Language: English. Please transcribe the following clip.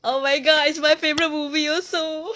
oh my god it's my favourite movie also